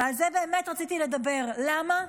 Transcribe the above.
ועל זה באמת רציתי לדבר, למה?